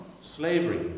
slavery